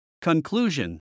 Conclusion